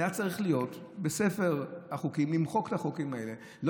היה צריך למחוק את החוקים האלה מספר החוקים,